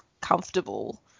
comfortable